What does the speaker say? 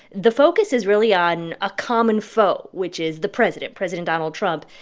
the focus is really on a common foe, which is the president president donald trump.